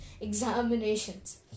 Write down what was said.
examinations